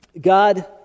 God